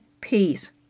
peace